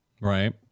Right